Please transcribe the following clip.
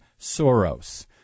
Soros